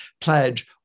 pledge